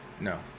no